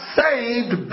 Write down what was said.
saved